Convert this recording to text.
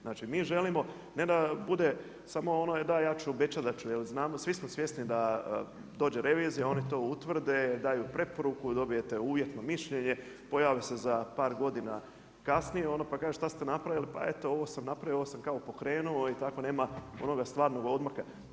Znači mi želimo, ne da bude samo ono, da ja ću obećati da ću, jer znamo, svi smo svjesni da dođe revizija, oni to utvrde, daje preporuku, dobijete uvjetno mišljenje, pojave se za par godina kasnije, ono pa kaže što ste napravili, pa kaže, eto ovo sam napravio, ovo sam kao pokrenuo i tako nema onoga stvarnoga odmaka.